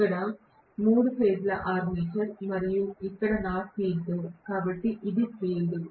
ఇది మూడు దశల ఆర్మేచర్ మరియు ఇక్కడ నా ఫీల్డ్ కాబట్టి ఇది ఫీల్డ్